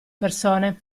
persone